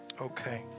okay